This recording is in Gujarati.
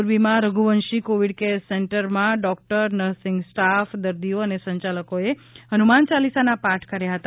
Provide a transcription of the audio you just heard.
મોરબીમાં રધુવંશી કોવિડ કેર સેંટરમાં ડોક્ટર નર્સિંગ સ્ટાફ દર્દીઓ અને સંચાલકોએ હનુમાન ચાલીસાના પાઠ કર્યા હતા